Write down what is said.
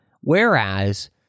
Whereas